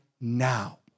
now